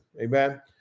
Amen